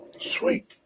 Sweet